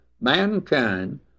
mankind